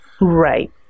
Right